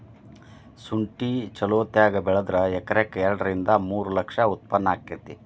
ಸುಂಠಿ ಚಲೋತಗೆ ಬೆಳದ್ರ ಎಕರೆಕ ಎರಡ ರಿಂದ ಮೂರ ಲಕ್ಷ ಉತ್ಪನ್ನ ಅಕೈತಿ